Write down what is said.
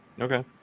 Okay